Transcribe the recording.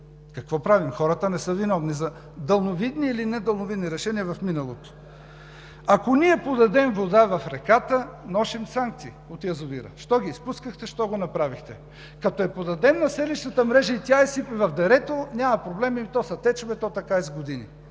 Какво правим? Хората не са виновни за далновидни или недалновидни решения в миналото. Ако ние подадем вода в реката от язовира, носим санкции – защо ги изпускахте, защо го направихте? Като я подадем на селищната мрежа и тя я изсипе в дерете, няма проблеми – то са течове, то така е с години.